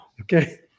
Okay